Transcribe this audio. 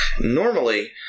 Normally